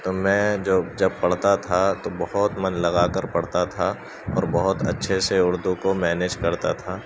تو میں جب پڑھتا تھا تو بہت من لگا کر پڑھتا تھا اور بہت اچھے سے اردو کو مینج کرتا تھا